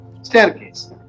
staircase